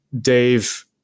Dave